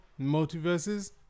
multiverses